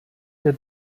der